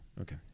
Okay